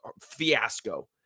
fiasco